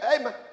amen